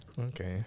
Okay